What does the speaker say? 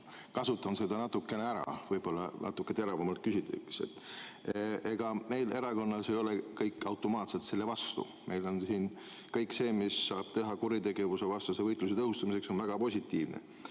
kasutan seda ära, et võib-olla natuke teravamalt küsida. Meil erakonnas ei ole kõik automaatselt selle vastu, meie jaoks on kõik, mida saab teha kuritegevuse vastase võitluse tõhustamiseks, väga positiivne.